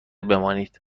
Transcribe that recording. بمانید